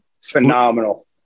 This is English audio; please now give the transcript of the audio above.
phenomenal